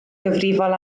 gyfrifol